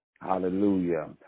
hallelujah